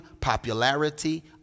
popularity